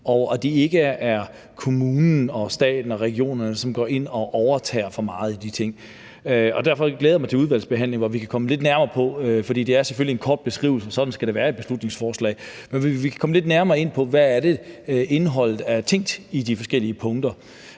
og at det ikke er kommunerne, staten og regionerne, som går ind og overtager for meget i de ting. Og derfor glæder jeg mig til udvalgsbehandlingen, hvor vi kan komme lidt nærmere på – for det er selvfølgelig en kort beskrivelse i beslutningsforslaget, men sådan skal det være i et beslutningsforslag – hvilket indhold der er tænkt ind i de forskellige punkter.